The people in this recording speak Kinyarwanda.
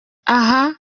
aha